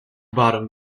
bottom